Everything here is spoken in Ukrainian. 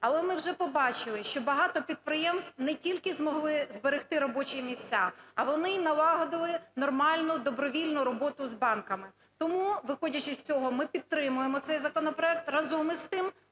Але ми вже побачили, що багато підприємств не тільки змогли зберегти робочі місця, а вони і налагодили нормальну добровільну роботу з банками. Тому, виходячи з цього, ми підтримуємо цей законопроект. Разом з тим,